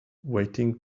waiting